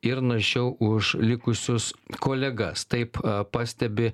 ir našiau už likusius kolegas taip pastebi